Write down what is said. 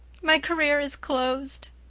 my career is closed.